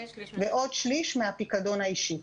ועוד שליש מגיע מן הפיקדון האישי.